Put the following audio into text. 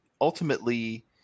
ultimately